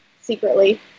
secretly